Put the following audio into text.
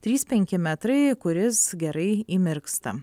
trys penki metrai kuris gerai įmirksta